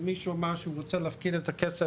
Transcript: למי שאמר שהוא רוצה להפקיד את הכסף